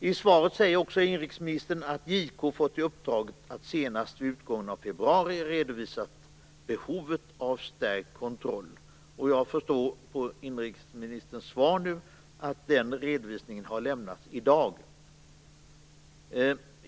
I svaret säger också inrikesministern att JK fått i uppdrag att senast vid utgången av februari månad redovisa behovet av stärkt kontroll. Jag förstår av inrikesministerns svar att den redovisningen har lämnats i dag.